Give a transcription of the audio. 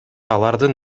алардын